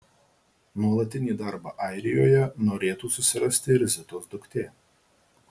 nuolatinį darbą airijoje norėtų susirasti ir zitos duktė